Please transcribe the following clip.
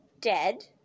dead